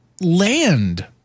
land